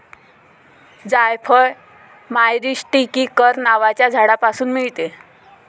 जायफळ मायरीस्टीकर नावाच्या झाडापासून मिळते